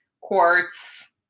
quartz